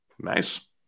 Nice